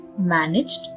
managed